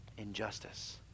injustice